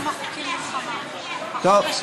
כן, שמית.